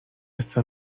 este